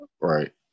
Right